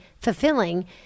fulfilling